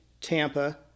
Tampa